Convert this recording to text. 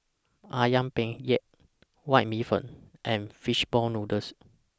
Ayam Penyet White Bee Hoon and Fish Ball Noodles